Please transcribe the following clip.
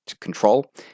control